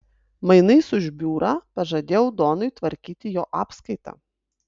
mainais už biurą pažadėjau donui tvarkyti jo apskaitą